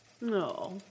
No